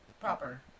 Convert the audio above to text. Proper